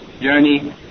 journey